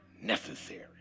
necessary